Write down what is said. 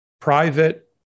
private